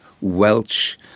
Welsh